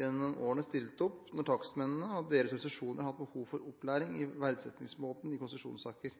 gjennom årene stilt opp når takstmennene og deres organisasjoner har hatt behov for opplæring i verdsettingsmåten i konsesjonssaker.